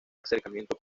acercamiento